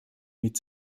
mit